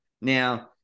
Now